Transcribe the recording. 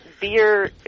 beer